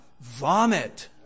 vomit